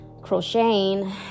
crocheting